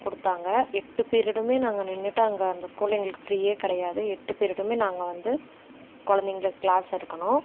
கொடுத்தாங்க எட்டு பீரியடுமே நாங்கள் நின்றுட்டு அங்கே அந்த ஸ்கூல்ல எங்களுக்கு ஃப்ரீயே கிடையாது எட்டு பீரியடுமே நாங்கள் வந்து குழந்தைங்களுக்கு கிளாஸ் எடுக்கணும்